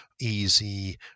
easy